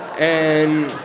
and